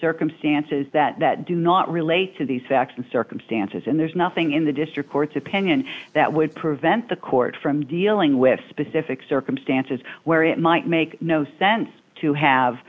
circumstances that do not relate to these facts and circumstances and there's nothing in the district court's opinion that would prevent the court from dealing with specific circumstances where it might make no sense to have